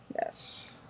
Yes